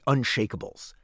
Unshakables